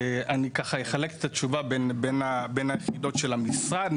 אחלק את התשובה בין יחידות המשרד.